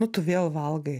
nu tu vėl valgai